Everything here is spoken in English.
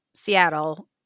Seattle